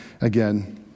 again